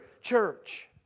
church